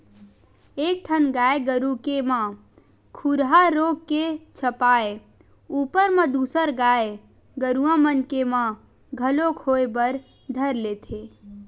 एक ठन गाय गरु के म खुरहा रोग के छपाय ऊपर म दूसर गाय गरुवा मन के म घलोक होय बर धर लेथे